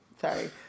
Sorry